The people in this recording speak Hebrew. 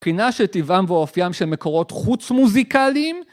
מבחינה של טבעם ואופיים של מקורות חוץ מוזיקליים?